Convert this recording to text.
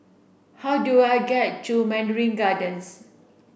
how do I get to Mandarin Gardens